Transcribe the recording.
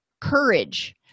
courage